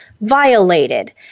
violated